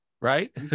right